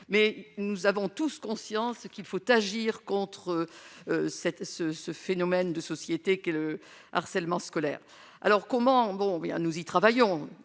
mais nous avons tous conscience qu'il faut agir contre cette ce ce phénomène de société qu'est le harcèlement scolaire alors comment bon bien, nous y travaillons